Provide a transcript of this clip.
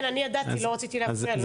כן, אני ידעתי, לא רציתי להפריע.